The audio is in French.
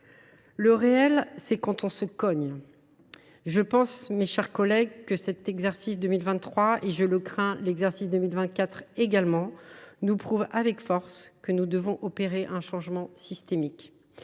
Le réel, c’est quand on se cogne. Je pense, mes chers collègues, que cet exercice 2023 – et, comme, je le crains, l’exercice 2024 – nous prouve avec force que nous devons opérer un changement systémique.